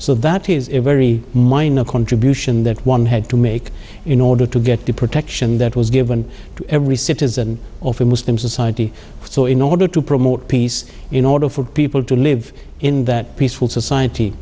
so that is a very minor contribution that one had to make in order to get the protection that was given to every citizen of a muslim society so in order to promote peace in order for people to live in that peaceful society